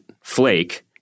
flake